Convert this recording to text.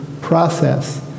process